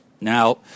now